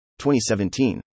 2017